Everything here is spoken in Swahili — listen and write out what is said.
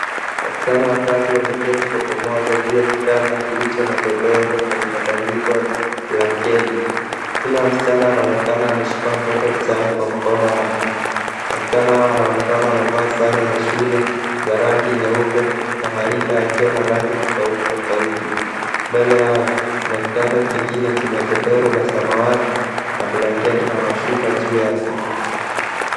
Wasichana watatu wameketi kwa pamoja juu ya kitanda kilicho na godoro na limetandikwa blanketi. Kila msichana anaonekana ameshika mtoto mchanga kwa mkono wake. Wasichana hao wanaonekana wamevaa sare za shule, za rangi nyeupe na marinda yakiwa na rangi tofauti tofauti. Mbele yao, kuna kitanda kingine chenye godoro la samawati, na blanketi na mashuka juu yake.